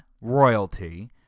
royalty